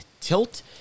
tilt